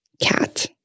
cat